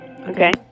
Okay